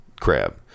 crab